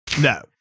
No